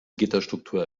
gitterstruktur